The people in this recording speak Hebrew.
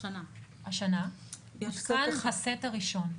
השנה, הותקן הסט הראשון.